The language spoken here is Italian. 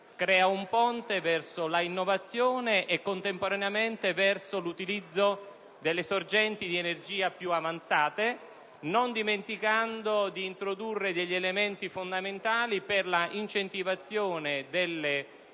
un ponte verso l'innovazione e, contemporaneamente, verso l'utilizzo delle sorgenti di energia più avanzate, non dimenticando di introdurre elementi fondamentali per l'incentivazione delle sorgenti